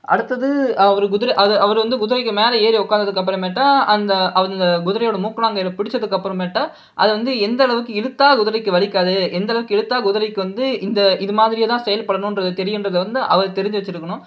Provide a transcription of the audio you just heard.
அடுத்தது அவர் குதிரை அவர் வந்து குதிரைக்கு மேல் ஏறி உட்காந்ததுக்கு அப்புறமேட்டா அந்த அவங்க குதிரையோட மூக்கணாங்கயிறு பிடித்தது அப்புறமேட்டா அதை வந்து எந்த அளவுக்கு இழுத்தால் குதிரைக்கு வலிக்காது எந்த அளவுக்கு இழுத்தால் குதிரைக்கு வந்து இந்த இது மாதிரிலாம் செயல்படணுன்றது தெரியுன்றதை வந்து அவர் தெரிஞ்சு வச்சுருக்கணும்